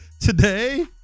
today